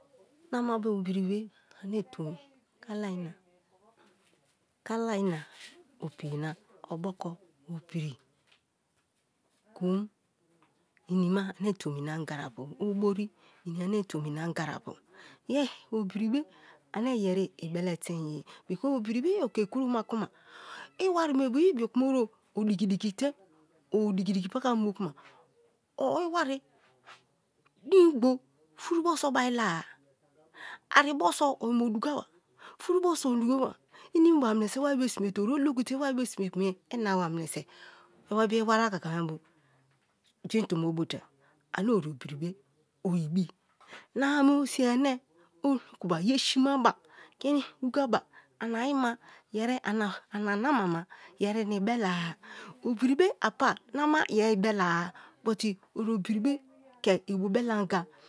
Nama bo obiribe ane tomi kalai na opuye na oboko, obiri koom nima ane tomi na anga apu obori ni ane tomi na anga apu ye obiribe ane yeri ibeletein ye i wari me bo i ibiokuma odigi-digi te odigi-digi pakambo kuma o iwari din bu furubo so o inbo dugaba inimiba meneso, wari bo sime te o oloku kuma i wari bo sime kuma ina-a ba mineso, i bu obiya i wari akaka me bo jein tombo bote ani ori obiribe o ibi. Nama be osiye ane olokuba ye simaba, kini duga ba, ana ayi ma yeri ana nama ma yeri ini-bela-a obiribe a pa nama yeri i bela-a but ori obiribe ke ibu bele anga.